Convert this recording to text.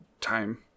time